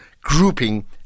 grouping